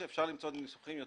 יש שטח אחד בלבד שמוגדר